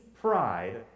pride